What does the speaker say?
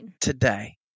today